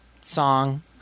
song